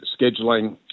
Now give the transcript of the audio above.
scheduling